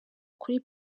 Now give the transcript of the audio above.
kuri